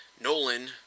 Nolan